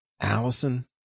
Allison